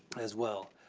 as well.